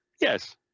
Yes